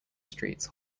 streets